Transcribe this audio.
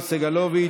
אדוני,